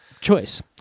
choice